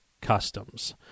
customs